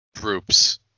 groups